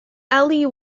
ellie